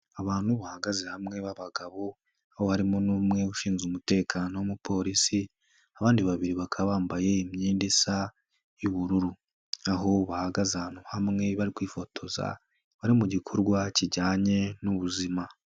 Abantu bahagaze hamwe b'abagabo, aho harimo n'umwe ushinzwe umutekano w'umupolisi, abandi babiri bakaba bambaye imyenda isa y'ubururu. Aho bahagaze ahantu hamwe bari kwifotoza, bari mu gikorwa kijyanye n'ubuzima.